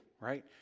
right